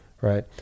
right